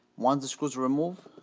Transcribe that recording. once the screws are removed,